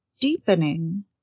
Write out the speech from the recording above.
deepening